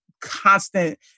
constant